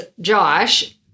Josh